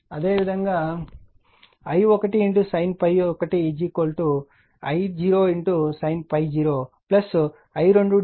అదేవిధంగా I1 sin ∅1 I0 sin ∅0 I2sin 31